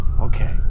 Okay